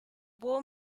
war